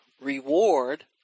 reward